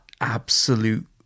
absolute